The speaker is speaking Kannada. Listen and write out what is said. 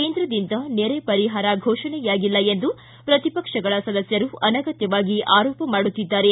ಕೇಂದ್ರದಿಂದ ನೆರೆ ಪರಿಹಾರ ಫೋಷಣೆಯಾಗಿಲ್ಲ ಎಂದು ಪ್ರತಿಪಕ್ಷಗಳ ಸದಸ್ಯರು ಅನಗತ್ಯವಾಗಿ ಆರೋಪ ಮಾಡುತ್ತಿದ್ದಾರೆ